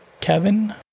Kevin